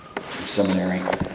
seminary